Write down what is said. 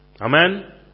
Amen